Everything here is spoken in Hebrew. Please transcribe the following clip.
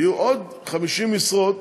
יהיו עוד 50 משרות.